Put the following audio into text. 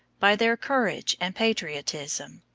by their courage and patriotism.